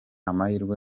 amahirwe